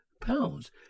pounds